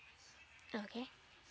okay